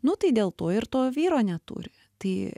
nu tai dėl to ir to vyro neturi tai